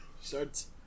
starts